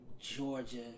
Georgia